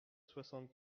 soixante